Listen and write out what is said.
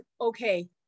okay